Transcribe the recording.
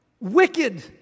wicked